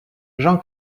jean